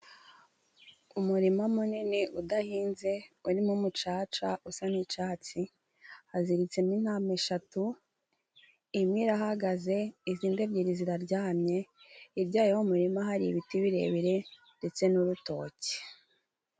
Umurima munini udahinze urimo umucaca usa n'icatsi, haziritsemo intama eshatu, imwe irahagaze izindi ebyiri ziraryamye, hirya y'uwo murima hari ibiti birebire ndetse n'urutoki.